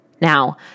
Now